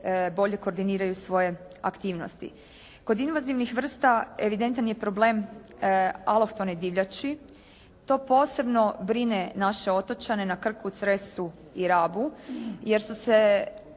bolje koordiniraju svoje aktivnosti. Kod invazivnih vrsta evidentan je problem alohtone divljači. To posebno brine naše otočane na Krku, Cresu i Rabu jer su se